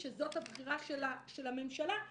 שזאת הבחירה של הממשלה,